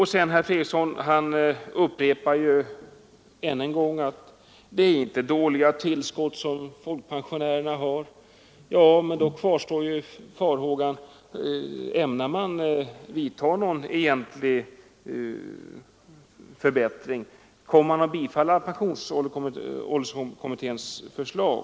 Herr Fredriksson upprepar ännu en gång att det inte är dåliga tillskott som folkpensionärerna får. Ja, men då kvarstår farhågan: Ämnar man vidta någon egentlig förbättring — kommer man att bifalla pensionsålderskommitténs förslag?